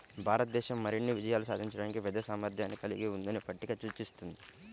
భారతదేశం మరిన్ని విజయాలు సాధించడానికి పెద్ద సామర్థ్యాన్ని కలిగి ఉందని పట్టిక సూచిస్తుంది